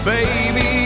Baby